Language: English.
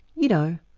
you know,